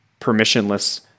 permissionless